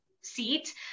seat